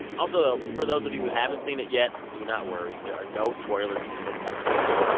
also though, for those of you who haven't seen it yet, do not worry. there are no spoilers in this episode.